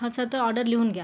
हां सर तर ऑर्डर लिहून घ्या